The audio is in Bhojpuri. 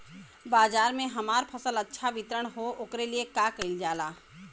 बाजार में हमार फसल अच्छा वितरण हो ओकर लिए का कइलजाला?